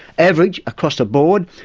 average, across the board,